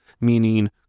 meaning